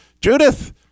Judith